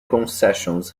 concessions